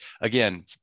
Again